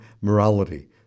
morality